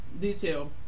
detail